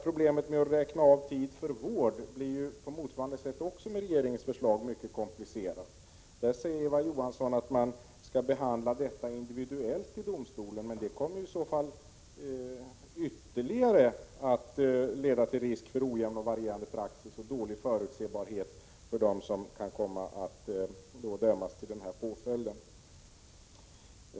Problemet med att räkna av tid för vård blir på motsvarande sätt enligt regeringens förslag mycket komplicerat. Eva Johansson säger att man skall behandla detta individuellt i domstolen, men det kommer ju i så fall ytterligare att leda till risk för ojämn och varierande praxis och dålig förutsebarhet för dem som kan komma att dömas till denna påföljd.